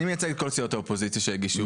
אני מייצג את כל סיעות האופוזיציה שהגישו,